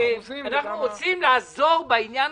אנחנו רוצים לעזור בעניין